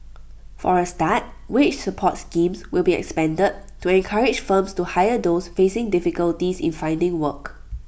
for A start wage support schemes will be expanded to encourage firms to hire those facing difficulties in finding work